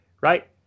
Right